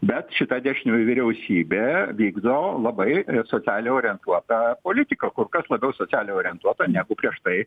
bet šita dešiniųjų vyriausybė vykdo labai socialiai orientuotą politiką kur kas labiau socialiai orientuotą negu prieš tai